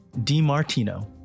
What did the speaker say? DiMartino